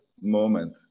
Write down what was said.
moment